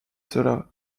cela